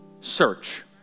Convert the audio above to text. search